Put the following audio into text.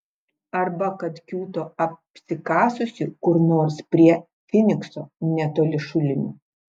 arba kad kiūto apsikasusi kur nors prie finikso netoli šulinio